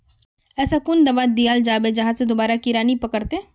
ऐसा कुन दाबा दियाल जाबे जहा से दोबारा कीड़ा नी पकड़े?